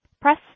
press